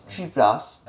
three plus